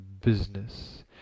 business